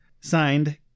Signed